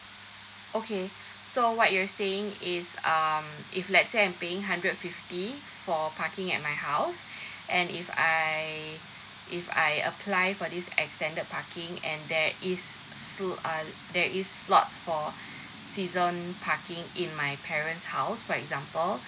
okay so what you are saying is um if let's say I'm paying hundred fifty for parking at my house and if I if I apply for this extended parking and there is sl~ uh there is slots for season parking in my parents house for example